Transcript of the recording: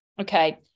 okay